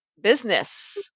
business